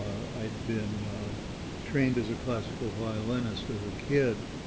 i'd been trained as a classical violinist as a kid.